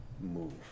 move